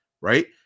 right